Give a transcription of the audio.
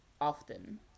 often